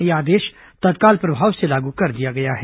यह आदेश तत्काल प्रभाव से लागू कर दिया गया है